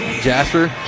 Jasper